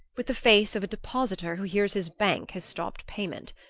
with the face of a depositor who hears his bank has stopped payment.